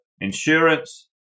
Insurance